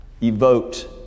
evoked